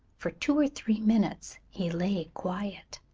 for two or three minutes he lay quiet,